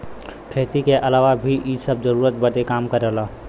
खेती के अलावा भी इ सब जरूरत बदे काम करलन